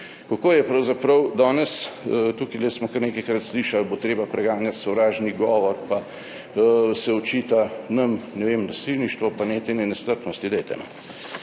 Kako je pravzaprav danes? Tukaj smo kar nekajkrat slišali, bo treba preganjati sovražni govor, pa se očita nam, ne vem, nasilništvo pa netenje nestrpnosti.